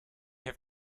have